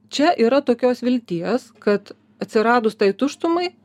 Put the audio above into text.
čia yra tokios vilties kad atsiradus tai tuštumai